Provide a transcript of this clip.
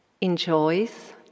enjoys